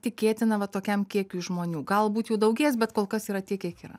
tikėtina va tokiam kiekiui žmonių galbūt jų daugės bet kol kas yra tiek kiek yra